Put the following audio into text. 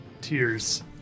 tears